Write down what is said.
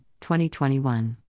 2021